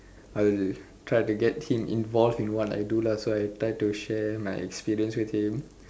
I will try to get him involve in what I do lah so I try to share my experience with him